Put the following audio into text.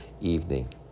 evening